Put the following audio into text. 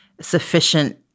sufficient